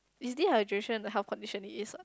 is dehydration the health condition it is ah